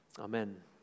Amen